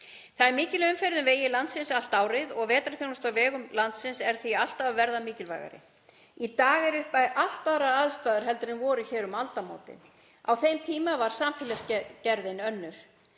Það er mikil umferð um vegi landsins allt árið og vetrarþjónusta á vegum landsins er því alltaf að verða mikilvægari. Í dag eru allt aðrar aðstæður en voru hér um aldamótin. Á þeim tíma var samfélagsgerðin önnur.